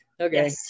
Okay